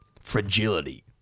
Fragility